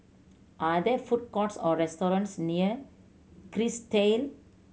are there food courts or restaurants near Kerrisdale